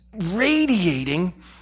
radiating